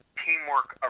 teamwork